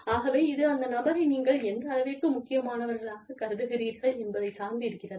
ஆகவே இது அந்த நபரை நீங்கள் எந்த அளவிற்கு முக்கியமானவராகக் கருதுகிறீர்கள் என்பதைச் சார்ந்து இருக்கிறது